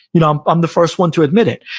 you know, i'm um the first one to admit it.